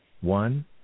One